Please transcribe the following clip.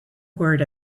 word